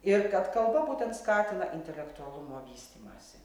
ir kad kalba būtent skatina intelektualumo vystymąsi